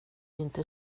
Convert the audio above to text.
inte